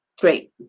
Great